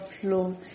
flow